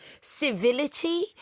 civility